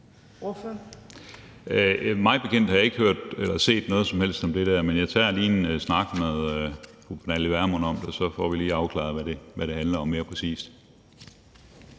Mig bekendt har jeg ikke hørt eller set noget som helst om det der, men jeg tager en snak med fru Pernille Vermund om det, og så får vi afklaret, hvad det mere præcis